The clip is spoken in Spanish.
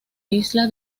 isla